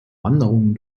wanderungen